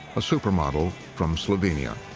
a supermodel from slovenia.